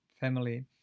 family